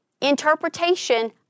interpretation